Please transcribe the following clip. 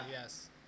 yes